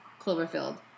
Cloverfield